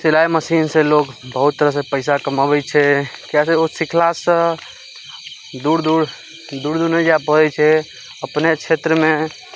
सिलाइ मशीन सऽ लोग बहुत तरहसँ पैसा कमबै छै किएकि ओ सिखला सँ दूर दूर दूर दूर नहि जा पड़ै छै अपने क्षेत्रमे